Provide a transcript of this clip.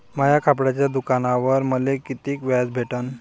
माया कपड्याच्या दुकानावर मले कितीक व्याज भेटन?